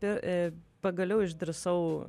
pir e pagaliau išdrįsau